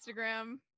Instagram